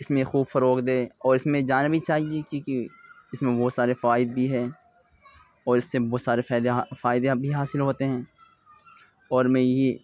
اس میں خوب فروغ دے اس میں جانا بھی چاہیے کیونکہ اس میں بہت سارے فوائد بھی ہے اور اس سے بہت سارے فائدے بھی حاصل ہوتے ہیں اور میں یہ